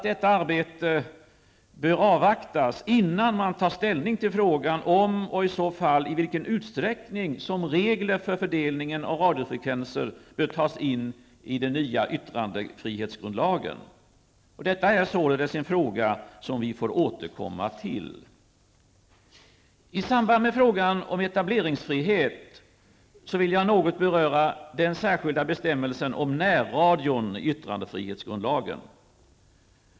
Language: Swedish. Detta arbete bör avvaktas innan man tar ställning till frågan om, och i så fall i vilken utsträckning, som regler för fördelningen av radiofrekvenser bör tas in i den nya yttrandefrihetsgrundlagen. Detta är således en fråga som vi får återkomma till. I samband med frågan om etableringsfrihet vill jag något beröra den särskilda bestämmelsen om närradion i yttrandefrihetsgrundlagen.